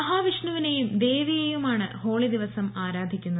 മഹാവിഷ്ണു്വിനെയും ദേവിയെയുമാണ് ഹോളി ദിവസം ആരാധിക്കുന്നത്